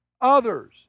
others